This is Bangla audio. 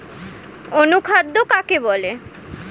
অনুখাদ্য কাকে বলে?